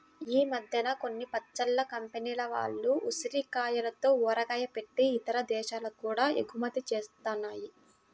ఈ మద్దెన కొన్ని పచ్చళ్ళ కంపెనీల వాళ్ళు ఉసిరికాయలతో ఊరగాయ బెట్టి ఇతర దేశాలకి గూడా ఎగుమతి జేత్తన్నారు